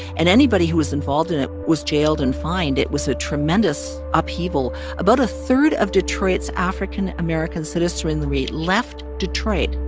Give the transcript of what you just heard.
and anybody who was involved in it was jailed and fined. it was a tremendous upheaval. about a third of detroit's african american citizenry left detroit.